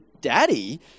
daddy